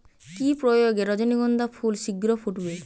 কি প্রয়োগে রজনীগন্ধা ফুল শিঘ্র ফুটবে?